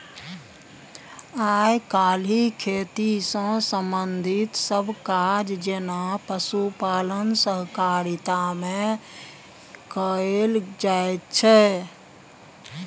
आइ काल्हि खेती सँ संबंधित सब काज जेना पशुपालन सहकारिता मे कएल जाइत छै